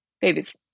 babies